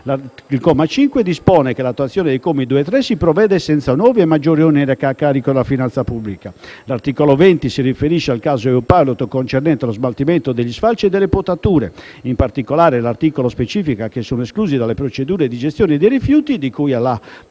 Il comma 5 dispone che all'attuazione dei commi 2 e 3 si provvede senza nuovi o maggiori oneri a carico della finanza pubblica. L'articolo 20 si riferisce al caso EU-Pilot concernente lo smaltimento degli sfalci e delle potature. In particolare, l'articolo specifica che sono esclusi dalle procedure di gestione dei rifiuti, di cui alla parte